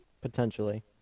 Potentially